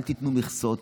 אל תיתנו מכסות,